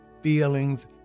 feelings